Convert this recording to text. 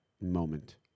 moment